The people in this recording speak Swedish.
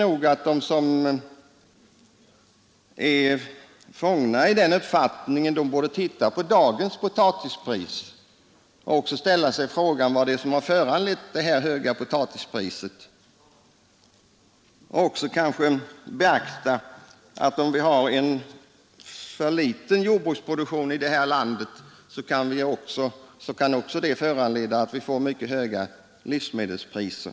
Jag tycker att de som är fångna i den uppfattningen borde titta på dagens potatispris, ställa sig frågan vad som föranlett detta höga pris och kanske även beakta att om vi har för liten jordbruksproduktion här i landet så kan det också föranleda att vi får mycket höga livsmedelspriser.